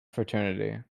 fraternity